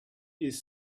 his